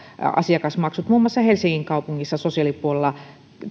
asiakasmaksut muun muassa helsingin kaupungissa sosiaalipuolella